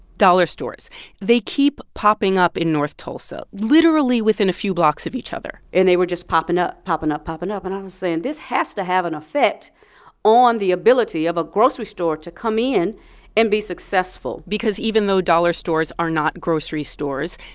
dollar stores they keep popping up in north tulsa literally within a few blocks of each other and they were just popping up, popping up, popping up. and i was saying, this has to have an effect on the ability of a grocery store to come in and be successful because even though dollar stores are not grocery stores,